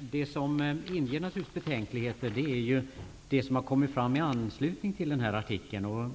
Det som inger betänkligheter är det som har kommit fram i anslutning till denna artikel.